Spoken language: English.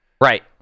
Right